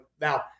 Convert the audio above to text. Now